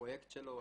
הפרויקט שלו,